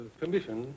permission